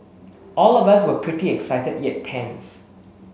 all of us were pretty excited yet tense